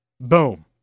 Boom